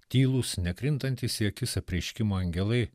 tylūs nekrintantys į akis apreiškimo angelai